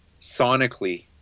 sonically